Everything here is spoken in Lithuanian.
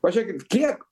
pažiūrėkit kiek